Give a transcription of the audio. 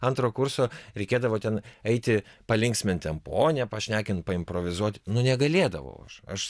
antro kurso reikėdavo ten eiti palinksmint ten ponią pašnekint paimprovizuot nu negalėdavau aš aš